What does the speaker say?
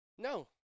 No